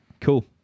cool